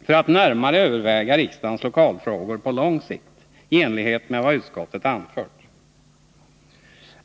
för att närmare överväga riksdagens lokalfrågor på lång sikt i enlighet med vad utskottet anfört.